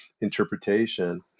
interpretation